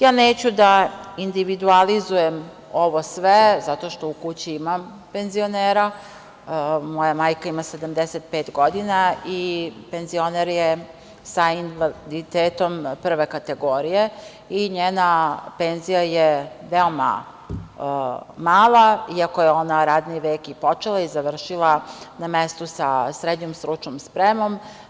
Ja neću da individualizujem ovo sve, zato što u kući imam penzionera, moja majka ima 75 godina i penzioner je sa invaliditetom prve kategorije i njena penzija je veoma mala iako je ona radni vek i počela i završila na mestu sa srednjom stručnom spremom.